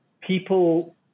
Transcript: people